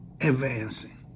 advancing